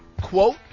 quote